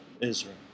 Israel